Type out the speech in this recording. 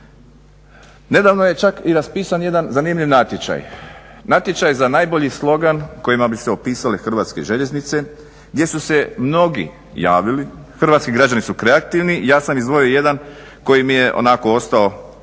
Nedavno je čak i raspisan jedan zanimljiv natječaj, natječaj za najbolji slogan kojim bi se opisale Hrvatske željeznice gdje su se mnogi javili. Hrvatski građani su kreativni, ja sam izdvojio jedan koji mi je onako ostao